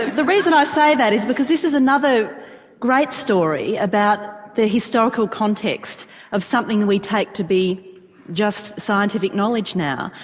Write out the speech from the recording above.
the reason i say that is because this is another great story about the historical context of something we take to be just scientific knowledge now.